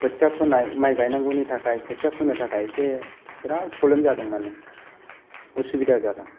खोथिया फोनाय माइ गायनांगौनि थाखाय खोथिया फोनो थाखाय एसे बिराद प्र'ब्लेम जादोंमोन उसुबिदा जादों